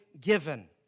given